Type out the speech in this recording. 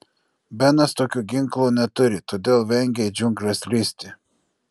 benas tokio ginklo neturi todėl vengia į džiungles lįsti